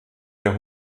der